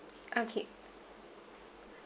okay